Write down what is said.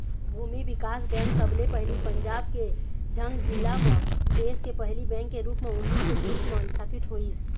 भूमि बिकास बेंक सबले पहिली पंजाब के झंग जिला म देस के पहिली बेंक के रुप म उन्नीस सौ बीस म इस्थापित होइस